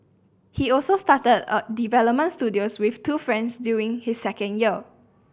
he also started a development studio with two friends during his second year